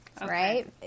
right